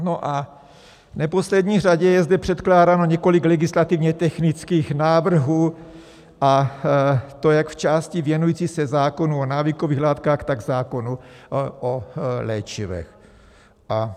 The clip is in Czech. No a v neposlední řadě je zde předkládáno několik legislativně technických návrhů, a to jak v části věnující se zákonu o návykových látkách, tak v zákonu o léčivech.